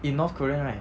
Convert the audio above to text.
in north korea right